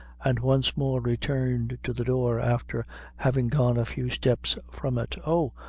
and once more returned to the door, after having gone a few steps from it. oh,